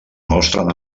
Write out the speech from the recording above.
mostren